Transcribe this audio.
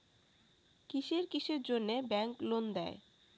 কিসের কিসের জন্যে ব্যাংক লোন দেয়?